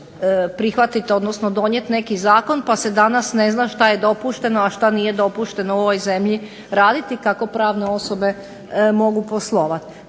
prihvatiti, odnosno donijeti neki zakon pa se danas ne zna što je dopušteno a što nije dopušteno u ovoj zemlji raditi kako pravne osobe mogu poslovati.